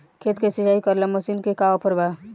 खेत के सिंचाई करेला मशीन के का ऑफर बा?